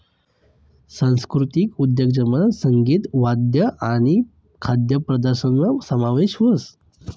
सांस्कृतिक उद्योजकतामा संगीत, वाद्य आणि खाद्यपदार्थसना समावेश व्हस